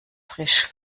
frisch